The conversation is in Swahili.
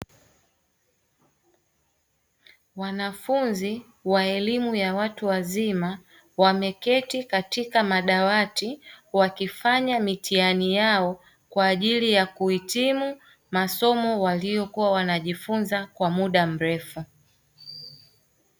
Wanafunzi wa elimu ya watu wazima wameketi katika madawati wakifanya mitihani yao kwa ajili ya kuhitimu masomo waliokua wanajifunza kwa muda mrefu.